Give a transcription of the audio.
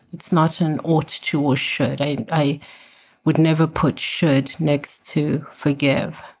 it's not an ought to or should i. i would never put should next to forgive.